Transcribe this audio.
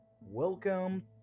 Welcome